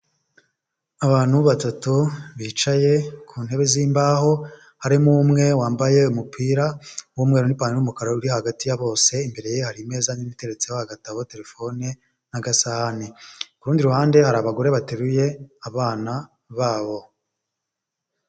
Abantu batatu bicaye ku ntebe z'imbaho harimo umwe wambaye umupira w'umweru n'ipantaro y'umukara uri hagati ya bose, imbere ye hari imeza nini iteretseho agatabo, telefone n'agasahane, ku rundi ruhande hari abagore bateruye abana babo.